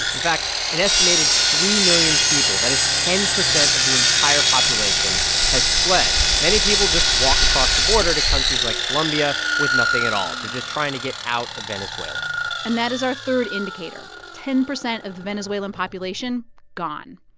in fact, an estimated three million people that is ten percent of the entire population has fled. many people just walk across the border to countries like colombia with nothing at all. they're just trying to get out of venezuela and that is our third indicator. ten percent of the venezuelan population gone.